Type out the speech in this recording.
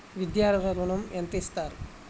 విద్యా ఋణం ఎంత ఇస్తారు?